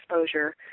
exposure